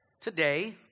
today